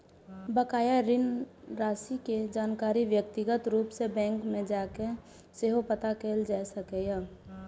बकाया ऋण राशि के जानकारी व्यक्तिगत रूप सं बैंक मे जाके सेहो पता कैल जा सकैए